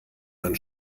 man